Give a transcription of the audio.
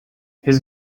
his